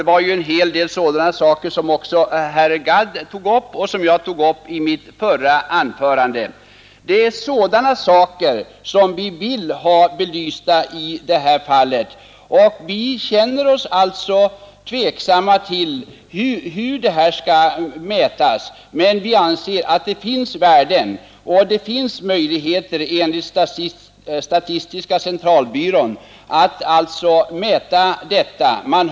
Det var en hel del sådana värderingar som herr Gadd tog upp och som även jag tog upp i mitt förra anförande. Vi vill ha dessa frågor belysta. Vi känner oss alltså tveksamma om hur mätningarna skall gå till, men vi anser att det finns värden som det enligt statistiska centralbyrån är möjligt att mäta på detta område.